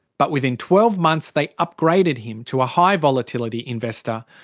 but within twelve months they upgraded him to a high volatility investor,